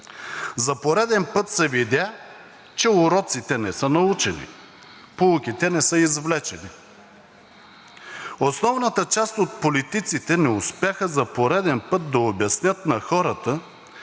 За пореден път се видя, че уроците не са научени, поуките не са извлечени. Основната част от политиците не успяха за пореден път да обяснят на хората